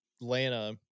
Atlanta